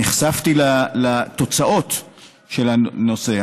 נחשפתי לתוצאות של הנושא.